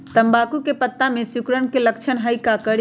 तम्बाकू के पत्ता में सिकुड़न के लक्षण हई का करी?